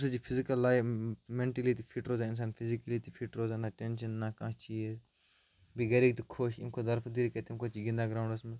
أمۍ سۭتۍ چھِ فِزکَل لایِف میٚنٹلی تہِ فِٹ روزان اِنسان فِزِکٔلی تہِ فِٹ روزان نہ ٹینشَن نہ کانٛہہ چیٖز بیٚیہِ گَرِکھ تہِ خۄش ییٚمہِ کھۄتہٕ دربٕدٕری کَرِ تٔمۍ کھۄتہٕ چھِ گِندان گرٛونڈَس منٛز